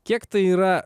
kiek tai yra